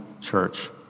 church